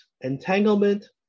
entanglement